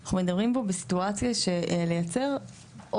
אנחנו מדברים פה על סיטואציה של לייצר עוד